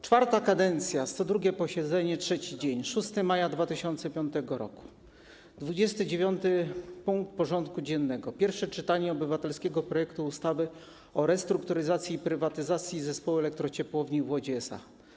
IV kadencja, 102. posiedzenie, 3. dzień, 6 maja 2005 r., 29. punkt porządku dziennego, pierwsze czytanie obywatelskiego projektu ustawy o restrukturyzacji i prywatyzacji Zespołu Elektrociepłowni w Łodzi SA.